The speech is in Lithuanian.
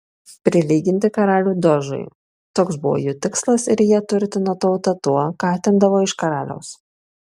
prilyginti karalių dožui toks buvo jų tikslas ir jie turtino tautą tuo ką atimdavo iš karaliaus